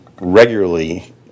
regularly